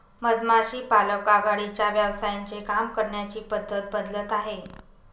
मधमाशी पालक आघाडीच्या व्यवसायांचे काम करण्याची पद्धत बदलत आहे